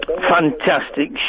Fantastic